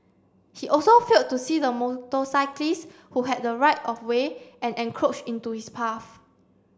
he also failed to see the motorcyclist who had the right of way and encroached into his path